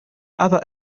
other